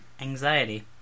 anxiety